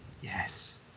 Yes